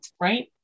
right